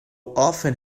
often